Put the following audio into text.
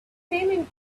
payment